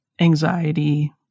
anxiety